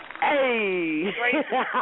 Hey